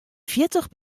fjirtich